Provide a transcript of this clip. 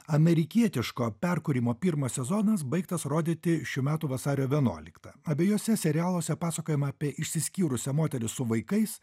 amerikietiško perkūrimo pirmas sezonas baigtas rodyti šių metų vasario vienuoliktą abiejuose serialuose pasakojama apie išsiskyrusią moterį su vaikais